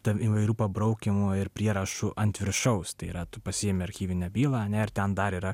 ten įvairių pabraukymų ir prierašų ant viršaus tai yra tu pasiimi archyvinę bylą ar ne ir ten dar yra